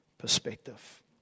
perspective